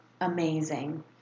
Amazing